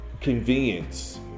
convenience